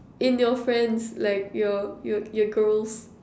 in your friends like your your your girls